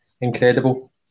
incredible